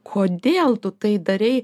kodėl tu tai darei